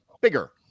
bigger